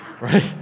Right